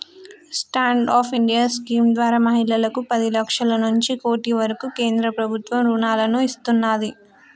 stand up India scheme ద్వారా మహిళలకు పది లక్షల నుంచి కోటి వరకు కేంద్ర ప్రభుత్వం రుణాలను ఇస్తున్నాది